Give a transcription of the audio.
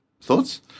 Thoughts